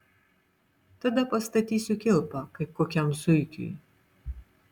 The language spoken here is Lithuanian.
tada pastatysiu kilpą kaip kokiam zuikiui